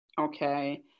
Okay